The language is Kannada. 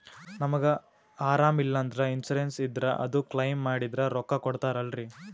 ನಮಗ ಅರಾಮ ಇಲ್ಲಂದ್ರ ಇನ್ಸೂರೆನ್ಸ್ ಇದ್ರ ಅದು ಕ್ಲೈಮ ಮಾಡಿದ್ರ ರೊಕ್ಕ ಕೊಡ್ತಾರಲ್ರಿ?